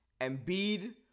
Embiid